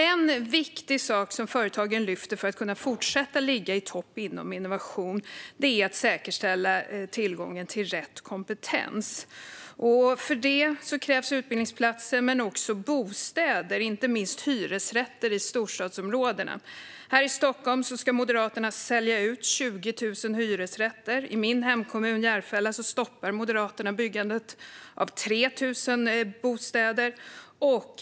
En viktig sak som företagen lyfter upp som kan göra att de fortsatt kan ligga i topp inom innovation är att tillgången till rätt kompetens säkerställs. För detta krävs utbildningsplatser men också bostäder, inte minst hyresrätter i storstadsområdena. Här i Stockholm ska Moderaterna sälja ut 20 000 hyresrätter. I min hemkommun Järfälla stoppar Moderaterna byggandet av 3 000 bostäder.